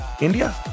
India